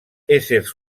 éssers